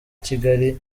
kigali